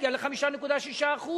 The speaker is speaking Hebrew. הגיעה ל-5.6%.